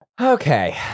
Okay